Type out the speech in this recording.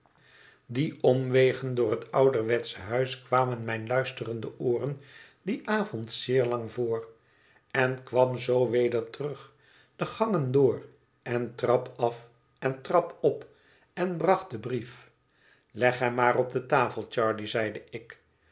die omwegen door het ouderwetsche huis kwamen mijn luisterenden ooren dien avond zeer lang voor en kwam zoo weder terug de gangen door en trap af en trap op en bracht den brief leg hem maar op de tafel charley zeide ik